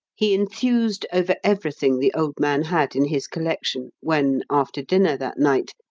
he enthused over everything the old man had in his collection when, after dinner that night,